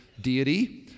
deity